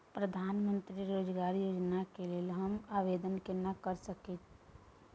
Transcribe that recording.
प्रधानमंत्री रोजगार योजना के लेल हम आवेदन केना कर सकलियै?